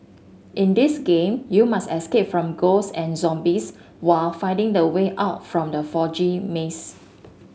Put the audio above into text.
in this game you must escape from ghost and zombies while finding the way out from the foggy maze